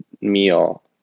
meal